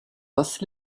was